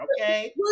Okay